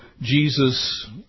Jesus